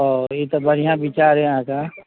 ओऽ ई तऽ बढ़िआँ विचार अइ अहाँके